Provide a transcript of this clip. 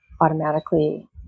automatically